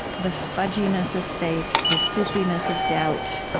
the fudginess of faith, the soupiness of doubt, ah